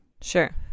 Sure